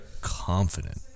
confident